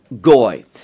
goy